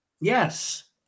Yes